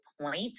point